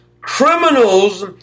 Criminals